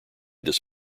this